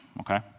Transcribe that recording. okay